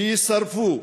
שיישרפו.